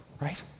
right